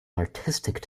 artistic